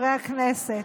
רגע?